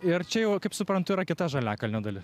ir čia jau kaip suprantu yra kita žaliakalnio dalis